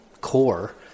core